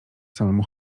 samemu